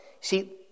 see